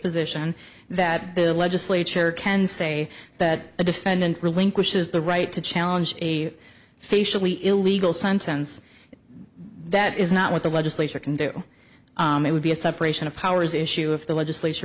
position that the legislature can say that the defendant relinquishes the right to challenge a facially illegal sentance that is not what the legislature can do it would be a separation of powers issue if the legislature